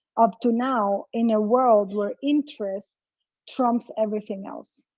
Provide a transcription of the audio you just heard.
up to now, in a world where interest trumps everything else.